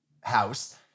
house